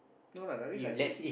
no lah that means I see